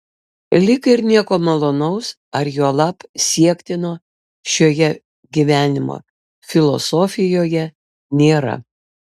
lyg ir nieko malonaus ar juolab siektino šioje gyvenimo filosofijoje nėra